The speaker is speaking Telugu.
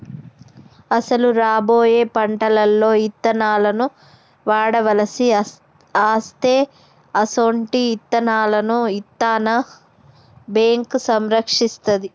అసలు రాబోయే పంటలలో ఇత్తనాలను వాడవలసి అస్తే అసొంటి ఇత్తనాలను ఇత్తన్న బేంకు సంరక్షిస్తాది